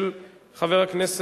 שישה בעד,